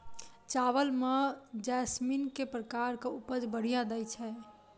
चावल म जैसमिन केँ प्रकार कऽ उपज बढ़िया दैय छै?